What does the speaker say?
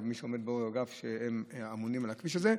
מי שעומד בראש האגף שממונה על הכביש הזה,